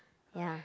ya